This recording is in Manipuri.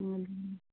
ꯎꯝ